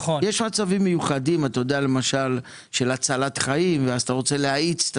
יש מצבים מיוחדים של הצלת חיים ואז אתה רוצה להאיץ את